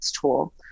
tool